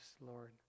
Lord